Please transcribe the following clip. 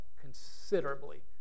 considerably